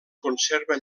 conserva